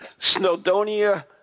Snowdonia